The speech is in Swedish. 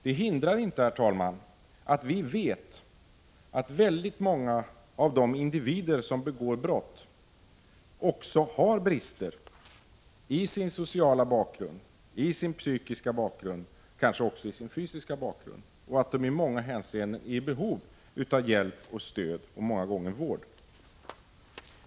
Det hindrar inte att vi vet att väldigt många av de individer som begår brott också har brister i sin sociala, psykiska och kanske också fysiska bakgrund och att de i flera hänseenden är i behov av hjälp och stöd, många gånger även av vård.